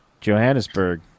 Johannesburg